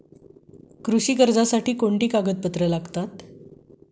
कृषी कर्जासाठी कोणती कागदपत्रे लागतात?